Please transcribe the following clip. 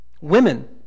Women